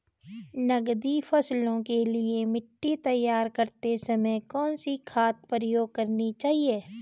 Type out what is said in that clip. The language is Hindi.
नकदी फसलों के लिए मिट्टी तैयार करते समय कौन सी खाद प्रयोग करनी चाहिए?